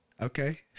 Okay